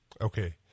Okay